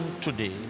today